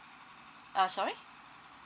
uh sorry